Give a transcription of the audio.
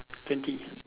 twenty